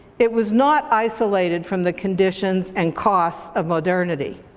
it was not isolated from the conditions and costs of modernity.